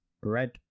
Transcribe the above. Red